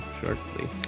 shortly